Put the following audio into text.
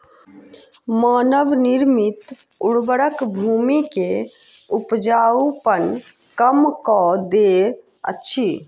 मानव निर्मित उर्वरक भूमि के उपजाऊपन कम कअ दैत अछि